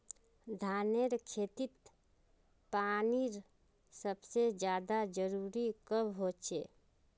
धानेर खेतीत पानीर सबसे ज्यादा जरुरी कब होचे?